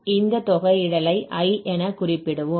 இந்த தொகையிடலை I என குறிப்பிடுவோம்